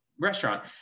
restaurant